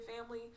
family